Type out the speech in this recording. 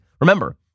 Remember